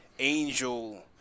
angel